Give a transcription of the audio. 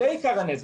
זה עיקר הנזק.